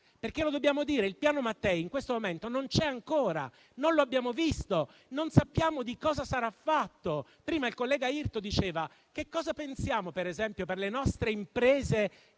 esiste. Lo dobbiamo dire: il Piano Mattei in questo momento non c'è ancora. Non lo abbiamo visto, non sappiamo di cosa sarà fatto. Prima il collega Irto diceva: che cosa pensiamo, per esempio, per le nostre imprese, grandi